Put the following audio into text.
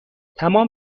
تمام